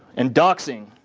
and doxing.